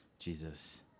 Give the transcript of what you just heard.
Jesus